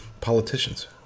politicians